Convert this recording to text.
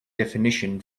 definition